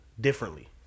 differently